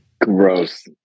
Gross